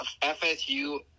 fsu